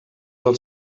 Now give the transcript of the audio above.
del